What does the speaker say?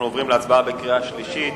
אנחנו עוברים להצבעה בקריאה שלישית.